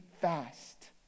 fast